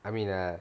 I mean err